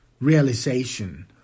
realization